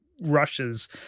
Rushes